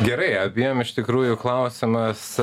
gerai abiem iš tikrųjų klausimas